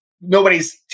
nobody's